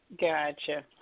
Gotcha